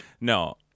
No